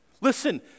Listen